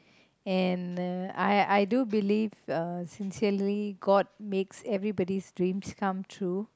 and uh I I do believe uh sincerely god makes everybody's dreams come true